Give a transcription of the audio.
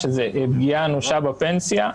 שזה פגיעה אנושה בפנסיה.